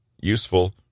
useful